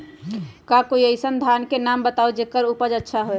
का कोई अइसन धान के नाम बताएब जेकर उपज अच्छा से होय?